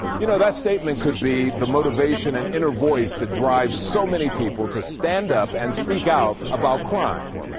you know, that statement could be the motivation and inner voice that drives so many people to stand up and speak out about crime.